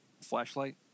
flashlight